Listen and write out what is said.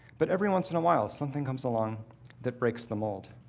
but every once in a while something comes along that breaks the mold.